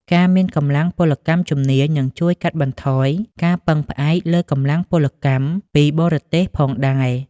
ការមានកម្លាំងពលកម្មជំនាញនឹងជួយកាត់បន្ថយការពឹងផ្អែកលើកម្លាំងពលកម្មពីបរទេសផងដែរ។